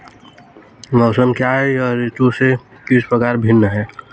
मौसम क्या है यह ऋतु से किस प्रकार भिन्न है?